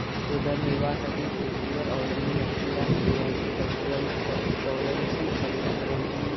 उदरनिर्वाहासाठी शेतीवर अवलंबून असलेल्या स्त्रियांची टक्केवारी चौऱ्याऐंशी टक्क्यांपर्यंत